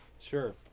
Sure